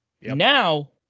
Now